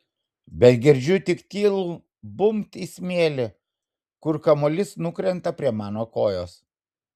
bet girdžiu tik tylų bumbt į smėlį kur kamuolys nukrenta prie mano kojos